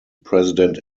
president